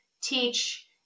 teach